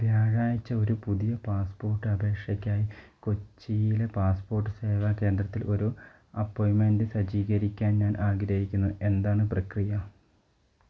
വ്യാഴാഴ്ച ഒരു പുതിയ പാസ്പോർട്ട് അപേക്ഷയ്ക്കായി കൊച്ചിയിലെ പാസ്പോർട്ട് സേവാ കേന്ദ്രത്തിൽ ഒരു അപ്പോയിൻമെൻ്റ് സജ്ജീകരിക്കാൻ ഞാൻ ആഗ്രഹിക്കുന്നു എന്താണ് പ്രക്രിയ